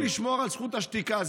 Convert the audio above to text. זכותו לשמור על זכות השתיקה.